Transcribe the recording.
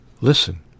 Listen